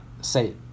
Say